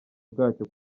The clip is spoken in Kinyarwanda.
bwacyo